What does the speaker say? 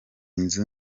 nzu